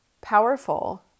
powerful